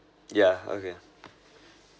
yeah okay